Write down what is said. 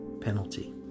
penalty